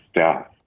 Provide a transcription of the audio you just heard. staff